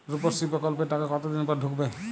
রুপশ্রী প্রকল্পের টাকা কতদিন পর ঢুকবে?